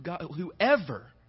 whoever